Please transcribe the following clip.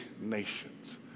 nations